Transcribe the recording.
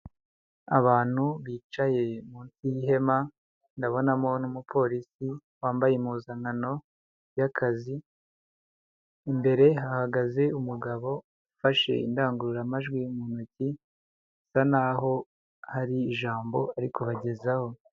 Abantu bicaye munsi y'ihema, ndabonamo n'umupolisi wambaye impuzankano y'akazi, imbere hagaze umugabo ufashe indangururamajwi mu ntoki, bisa naho hari ijambo ari kubahagezaho.